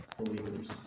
believers